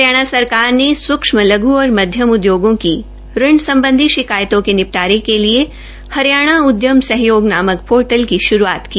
हरियाणा सरकार ने सूक्ष्म लधु और मध्यम उद्योगों की ऋण सम्बधी शिकायतों के निपटारे के लिए हरियाणा उद्यम सहयोग नामक पोर्टल की श्रूआत की